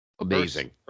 Amazing